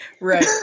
Right